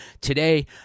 today